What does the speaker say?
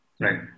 Right